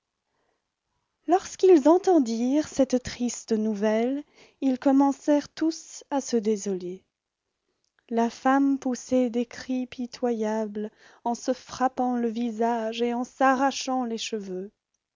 lorsqu'ils entendirent cette triste nouvelle ils commencèrent tous à se désoler la femme poussait des cris pitoyables en se frappant le visage et en s'arrachant les cheveux